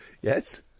Yes